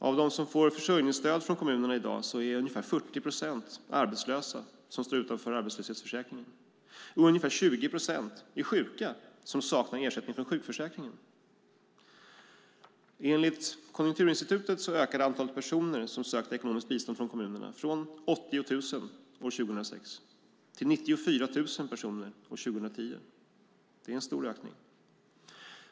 Av dem som får försörjningsstöd från kommunerna i dag är ungefär 40 procent arbetslösa som står utanför arbetslöshetsförsäkringen. Ungefär 20 procent är sjuka som saknar ersättning från sjukförsäkringen. Enligt Konjunkturinstitutet ökade antalet personer som sökte ekonomiskt bistånd från kommunerna från 80 000 år 2006 till 94 000 år 2010. Det är en stor ökning.